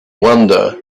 wonder